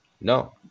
No